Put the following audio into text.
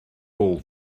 all